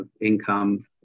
income